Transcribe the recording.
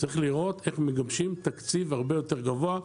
צריך לראות איך מגבשים תקציב הרבה יותר גבוה.